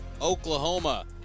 Oklahoma